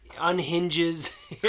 unhinges